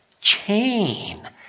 chain